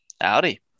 Howdy